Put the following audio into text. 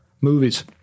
movies